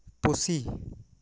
ᱯᱩᱥᱤ